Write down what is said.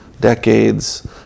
decades